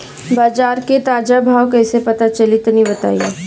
बाजार के ताजा भाव कैसे पता चली तनी बताई?